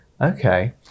Okay